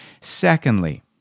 Secondly